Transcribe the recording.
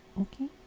okay